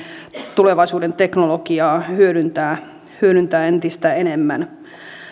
tulevaisuuden teknologiaa hyödyntää hyödyntää entistä enemmän